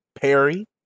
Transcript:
Perry